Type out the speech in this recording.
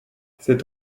c’est